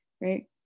right